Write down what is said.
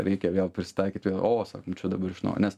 reikia vėl prisitaikyt vė o sakom čia dabar iš naujo nes